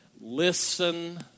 Listen